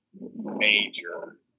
major